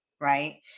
right